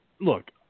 look